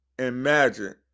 Imagine